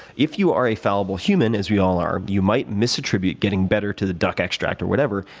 if you are a fallible human, as we all are, you might misattribute getting better to the duck extract or whatever,